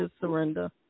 surrender